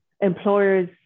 employers